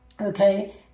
Okay